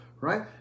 right